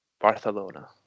Barcelona